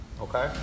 okay